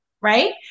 Right